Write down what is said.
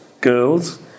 girls